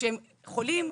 כשהם חולים,